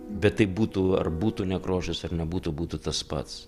bet tai būtų ar būtų nekrošius ar nebūtų būtų tas pats